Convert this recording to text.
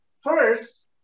first